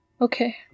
Okay